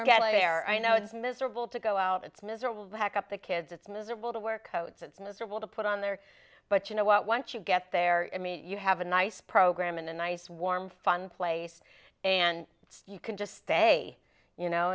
get there i know it's miserable to go out it's miserable back up the kids it's miserable to work oh it's miserable to put on there but you know what once you get there immediate you have a nice program in a nice warm fun place and you can just stay you know